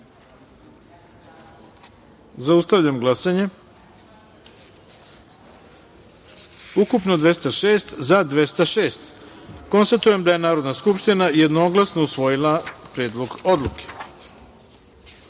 taster. Zaustavljam glasanje: ukupno 206, za – 206.Konstatujem da je Narodna skupština jednoglasno usvojila Predlog odluke. Deveta